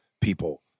people